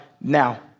now